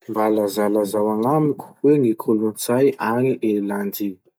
Mba lazalazao agnamiko hoe ny kolotsay agny Irilandy?